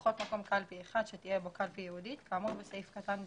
לפחות מקום קלפי אחד שתהיה בו קלפי ייעודית כאמור בסעיף קטן (ב).